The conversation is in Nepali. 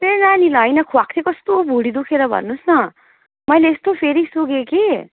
त्यही नानीलाई होइन खुवाकै कस्तो भुँडी दुखेर भन्नुहोस् न मैले यस्तो फेरि सुँघे कि